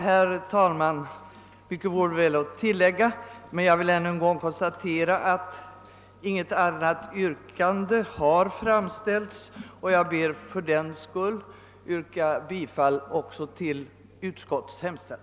Herr talman! Mycket vore att tillägga, men jag vill än en gång konstatera, att inget annat yrkande har framställts, och jag ber fördenskull att få yrka bifall till utskottets hemställan.